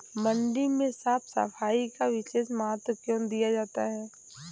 मंडी में साफ सफाई का विशेष महत्व क्यो दिया जाता है?